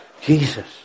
Jesus